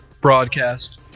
Broadcast